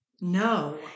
No